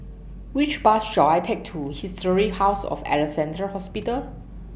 Which Bus should I Take to Historic House of Alexandra Hospital